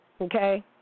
okay